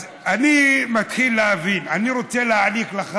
אז אני מתחיל להבין: אני רוצה להעניק לך